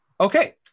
Okay